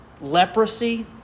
leprosy